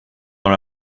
dans